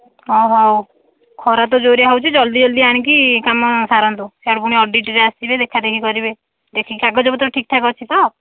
ହଁ ହଁ ଖରା ତ ଜୋର୍ରେ ହେଉଛି ଜଲ୍ଦି ଜଲ୍ଦି ଆଣିକି କାମ ସାରନ୍ତୁ ସେଆଡେ ପୁଣି ଅଡ଼ିଟ୍ରେ ଆସିବେ ଦେଖାଦେଖି କରିବେ ଦେଖିକି କାଗଜ ପତ୍ର ଠିକ୍ଠାକ୍ ଅଛି ତ